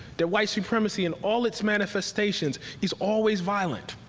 that white supremacy in all its manifestations, is always violent,